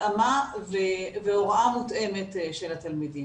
התאמה והוראה מותאמת של התלמידים.